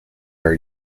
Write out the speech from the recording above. are